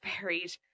buried